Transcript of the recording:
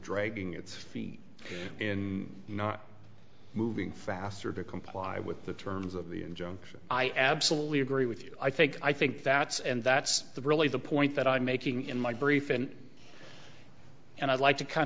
dragging its feet in not moving faster to comply with the terms of the injunction i absolutely agree with you i think i think that's and that's really the point that i'm making in my brief in and i'd like to kind